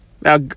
Now